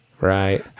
Right